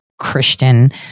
Christian